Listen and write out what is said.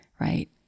right